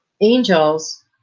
angels